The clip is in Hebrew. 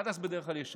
עד אז בדרך כלל יש שקט,